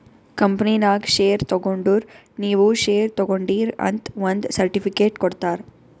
ಕಂಪನಿನಾಗ್ ಶೇರ್ ತಗೊಂಡುರ್ ನೀವೂ ಶೇರ್ ತಗೊಂಡೀರ್ ಅಂತ್ ಒಂದ್ ಸರ್ಟಿಫಿಕೇಟ್ ಕೊಡ್ತಾರ್